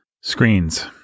screens